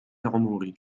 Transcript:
عمري